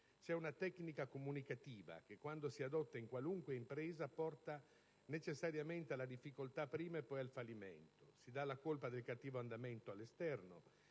C'è una tecnica comunicativa che, quando la si adotta in qualunque impresa, porta necessariamente prima alla difficoltà e poi al fallimento: si dà la colpa del cattivo andamento all'esterno,